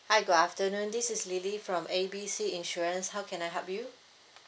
hi good afternoon this is lily from A B C insurance how can I help you